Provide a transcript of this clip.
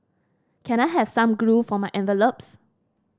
can I have some glue for my envelopes